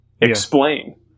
explain